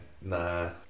nah